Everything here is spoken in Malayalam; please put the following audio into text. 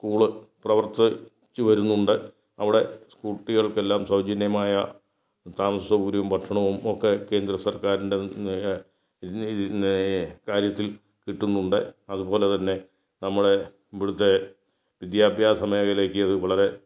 സ്കൂൾ പ്രവർത്തിച്ച് വരുന്നുണ്ട് അവിടെ കുട്ടികൾക്കെല്ലാം സൗജന്യമായ താമസ സൗകര്യവും ഭക്ഷണവും ഒക്കെ കേന്ദ്ര സർക്കാരിൻ്റെ കാര്യത്തിൽ കിട്ടുന്നുണ്ട് അതുപോലെ തന്നെ നമ്മുടെ ഇവിടുത്തെ വിദ്യാഭ്യാസ മേഖലക്കത് വളരെ